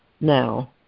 now